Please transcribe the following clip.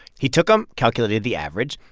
he took them, calculated the average.